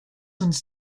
uns